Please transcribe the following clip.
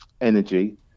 energy